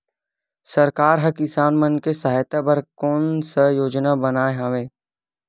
सरकार हा किसान मन के सहायता बर कोन सा योजना बनाए हवाये?